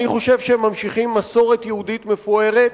אני חושב שהם ממשיכים מסורת יהודית מפוארת,